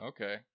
Okay